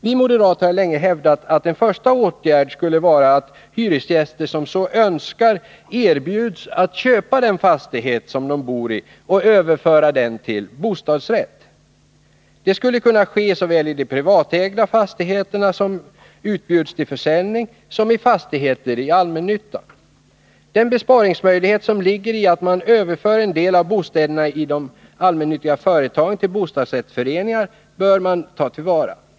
Vi moderater har länge hävdat att en första åtgärd skulle vara att hyresgäster som så önskar erbjuds att köpa den fastighet de bor i och överföra den till bostadsrätt. Det skulle kunna ske i såväl privatägda fastigheter som utbjuds till försäljning, som i fastigheter i allmännyttan. Den besparingsmöjlighet som ligger i att man överför en del av bostäderna i de allmännyttiga företagen till bostadsrättsföreningar bör tas till vara.